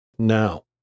Now